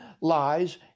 lies